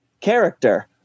character